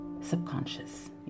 subconscious